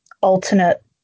alternate